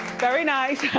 very nice.